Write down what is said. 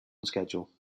schedule